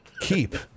keep